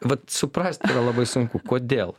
vat suprasti labai sunku kodėl